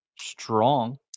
strong